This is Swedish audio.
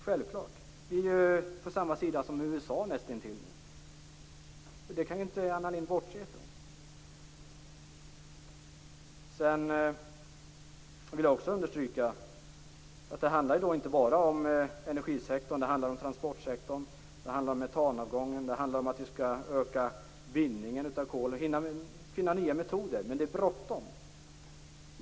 Vi är nu nästintill på samma sida som USA. Det kan inte Anna Lindh bortse från. Jag vill också understryka att det inte bara handlar om energisektorn utan också om transportsektorn, metanavgången och att vi skall öka bindningen av kol samt finna nya metoder, men det är bråttom.